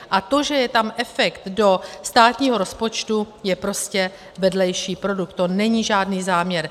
A to, že je tam efekt do státního rozpočtu, je prostě vedlejší produkt, to není žádný záměr.